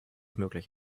möglich